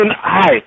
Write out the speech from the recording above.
high